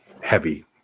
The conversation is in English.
heavy